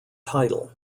title